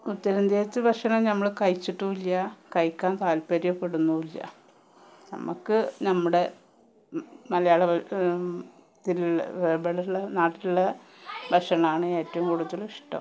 ഉത്തരേന്ത്യയിലത്തെ ഭക്ഷണം നമ്മൾ കഴിച്ചിട്ടൂമില്ല കഴിക്കാൻ താല്പര്യപ്പെടുന്നുമില്ല നമുക്ക് നമ്മുടെ മലയാള ഇതിലുള്ള ഇവലുള്ള നാട്ടിലുള്ള ഭക്ഷണമാണ് ഏറ്റവും കൂടുതലിഷ്ടം